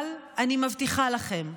אבל אני מבטיחה לכם,